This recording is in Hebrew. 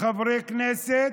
חברי כנסת,